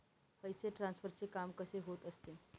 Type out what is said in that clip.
पैसे ट्रान्सफरचे काम कसे होत असते?